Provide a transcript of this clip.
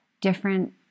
different